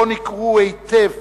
שבו ניכרו היטב